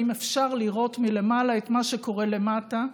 האם אפשר לראות מלמעלה את מה שקורה למטה.